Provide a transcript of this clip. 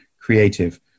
creative